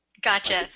Gotcha